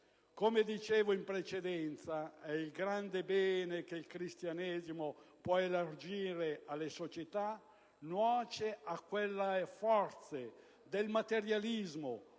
Come dicevo in precedenza, il grande bene che il Cristianesimo può elargire alle società nuoce a quelle forze del materialismo